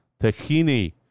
tahini